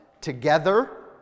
together